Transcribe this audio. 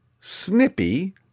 snippy